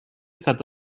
estat